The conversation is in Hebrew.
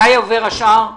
מתי עובר השאר?